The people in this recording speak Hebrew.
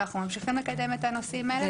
ואנחנו ממשיכים לקדם את הנושאים האלה,